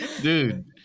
Dude